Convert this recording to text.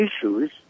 issues